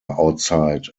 outside